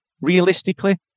Realistically